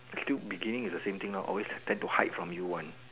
they still beginning is the same thing lor always tend to hide from you one